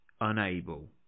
unable